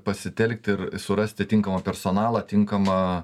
pasitelkti ir surasti tinkamą personalą tinkamą